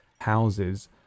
houses